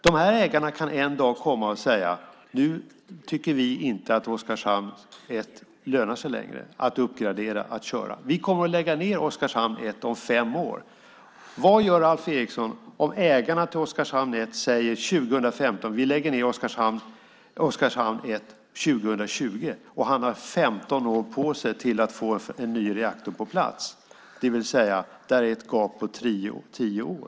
Dessa ägare kan en dag komma och säga att de inte tycker att det lönar sig att uppgradera och köra Oskarshamn 1 längre och att de kommer att lägga ned Oskarshamn 1 om fem år. Vad gör Alf Eriksson om ägarna till Oskarshamn 1 säger 2015 att de lägger ned Oskarshamn 1 2020? Han har 15 år på sig att få en ny reaktor på plats. Det är ett gap på tio år.